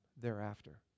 thereafter